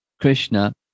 Krishna